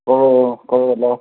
ꯍꯣ ꯍꯣ ꯍꯣ ꯀꯧꯔꯣ ꯂꯥꯛꯑꯣ